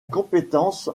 compétence